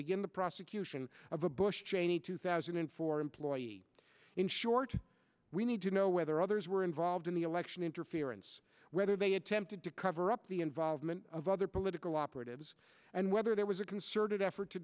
begin the prosecution of a bush cheney two thousand and four employee in short we need to know whether others were involved in the election interference whether they attempted to cover up the involvement of other political operatives and whether there was a concerted effort to